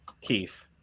Keith